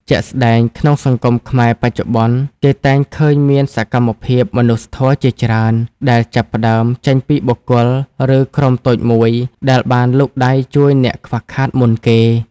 ជាក់ស្តែងក្នុងសង្គមខ្មែរបច្ចុប្បន្ន គេតែងឃើញមានសកម្មភាពមនុស្សធម៌ជាច្រើន ដែលចាប់ផ្តើមចេញពីបុគ្គល ឬក្រុមតូចមួយដែលបានលូកដៃជួយអ្នកខ្វះខាតមុនគេ។